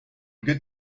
good